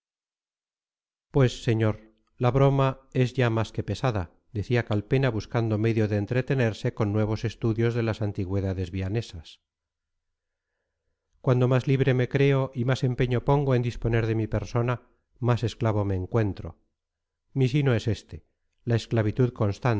pues señor la broma es ya más que pesada decía calpena buscando medio de entretenerse con nuevos estudios de las antigüedades vianesas cuanto más libre me creo y más empeño pongo en disponer de mi persona más esclavo me encuentro mi sino es este la esclavitud